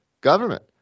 government